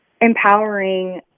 empowering